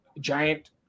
giant